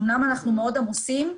אמנם אנחנו מאוד עמוסים,